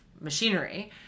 machinery